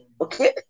okay